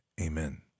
amen